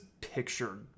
picture